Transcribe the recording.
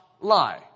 lie